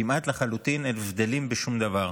כמעט לחלוטין אין הבדלים בשום דבר.